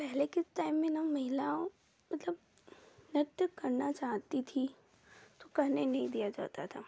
पहले के टाइम में ना महिलाओं मतलब नृत्य करना चाहती थी करने नहीं दिया जाता था